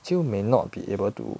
still may not be able to